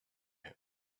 him